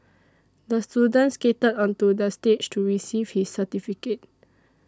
the student skated onto the stage to receive his certificate